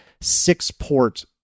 six-port